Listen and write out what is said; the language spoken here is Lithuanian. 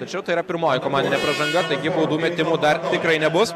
tačiau tai yra pirmoji komandinė pražanga taigi baudų metimų dar tikrai nebus